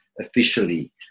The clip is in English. officially